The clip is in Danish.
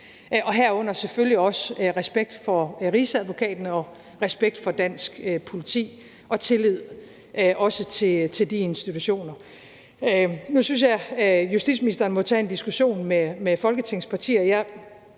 herunder selvfølgelig også respekt for Rigsadvokaten og respekt for dansk politi og også tillid til de institutioner. Nu synes jeg, at justitsministeren må tage en diskussion med Folketingets partier.